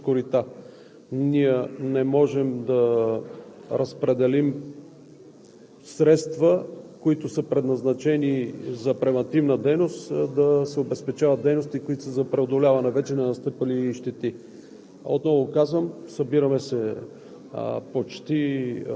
иска почистване на съответните речни корита. Ние не можем да разпределим средства, които са предназначени за превантивна дейност, да се обезпечават дейности, които са за преодоляване на вече настъпили щети.